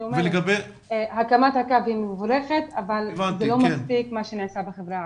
אני אומרת שהקמת הקו היא מבורכת אבל זה לא מספיק מה שנעשה בחברה הערבית.